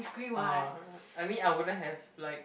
uh I mean I wouldn't have like